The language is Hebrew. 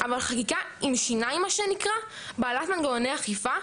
אבל חקיקה עם שיניים מה שנקרא בעלת מנגנוני אכיפה,